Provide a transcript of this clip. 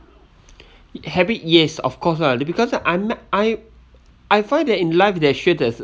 habit yes of course lah because I'm ma~ I I find that in life that actually there's